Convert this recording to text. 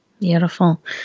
Beautiful